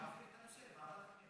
להעביר את הנושא לוועדת הפנים.